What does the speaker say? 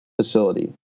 facility